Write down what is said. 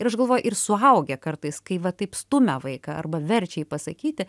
ir aš galvoju ir suaugę kartais kai va taip stumia vaiką arba verčia jį pasakyti